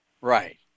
Right